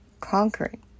conquering